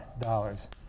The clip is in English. dollars